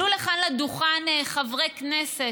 עלו לכאן לדוכן חברי כנסת